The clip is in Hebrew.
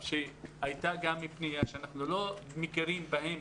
הייתה פנייה ונאמר שאנחנו לא מכירים בהם